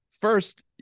First